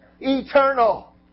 eternal